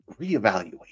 reevaluate